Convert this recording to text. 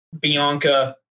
Bianca